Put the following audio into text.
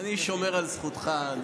אני שומר על זכותך.